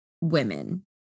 women